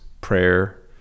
prayer